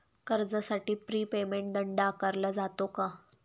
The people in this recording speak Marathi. कर्जासाठी प्री पेमेंट दंड आकारला जातो का?